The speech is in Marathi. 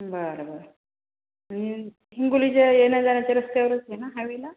बरं बरं हिंगोलीच्या येण्याजाण्याच्या रस्त्यावरचे ना हावेला